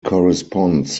corresponds